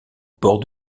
bord